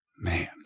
Man